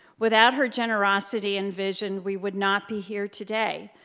without her generosity and vision, we would not be here today,